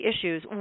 issues